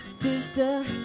sister